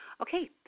Okay